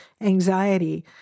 anxiety